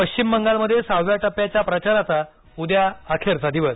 पश्चिम बंगालमध्ये सहाव्या टप्प्याच्या प्रचाराचा उद्या अखेरचा दिवस